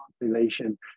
population